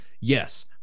yes